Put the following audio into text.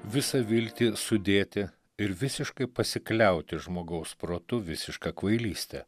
visą viltį sudėti ir visiškai pasikliauti žmogaus protu visiška kvailystė